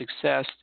success